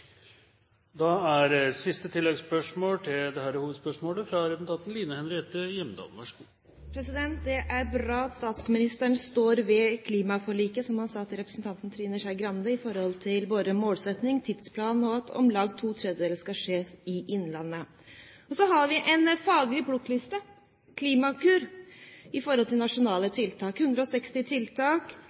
Line Henriette Hjemdal – til oppfølgingsspørsmål. Det er bra at statsministeren står ved klimaforliket, som han sa til representanten Trine Skei Grande, når det gjelder både målsetting, tidsplan og det at om lag to tredjedeler av utslippsreduksjonene skal skje her i landet. Vi har en faglig plukkliste, Klimakur, over 160 nasjonale tiltak.